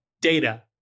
data